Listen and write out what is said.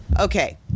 Okay